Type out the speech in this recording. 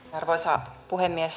arvoisa puhemies